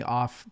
off